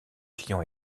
client